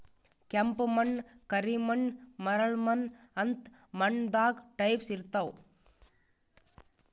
ಕೆಂಪ್ ಮಣ್ಣ್, ಕರಿ ಮಣ್ಣ್, ಮರಳ್ ಮಣ್ಣ್ ಅಂತ್ ಮಣ್ಣ್ ದಾಗ್ ಟೈಪ್ಸ್ ಇರ್ತವ್